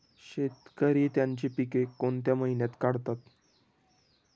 शेतकरी त्यांची पीके कोणत्या महिन्यात काढतात?